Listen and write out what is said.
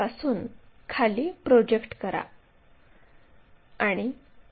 अंतरावर p project करत आहोत